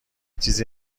چیزی